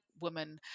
woman